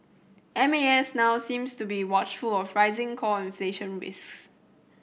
M A S now seems to be watchful of rising core inflation risks